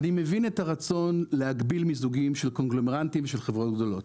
אני מבין את הרצון להגביל מיזוגים של קונגלומרטים של חברות גדולות.